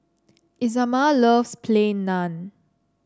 Isamar loves Plain Naan